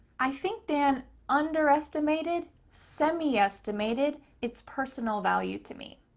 i think dan underestimated, semi-estimated it's personal value to me.